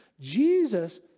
Jesus